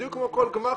בדיוק כמו כל גמ"ח,